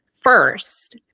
first